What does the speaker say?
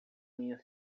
minha